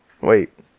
Wait